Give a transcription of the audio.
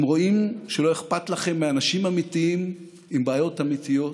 הם רואים שלא אכפת לכם מאנשים אמיתיים עם בעיות אמיתיות.